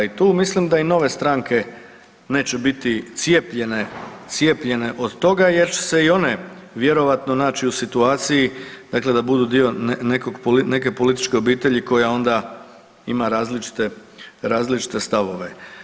I tu mislim da i nove stranke neće biti cijepljene od toga jer će se i one vjerojatno naći u situaciji dakle da budu dio neke političke obitelji koja onda ima različite stavove.